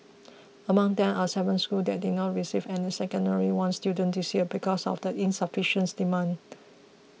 among them are seven schools that did not receive any Secondary One students this year because of insufficient demand